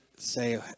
Say